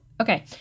Okay